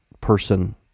person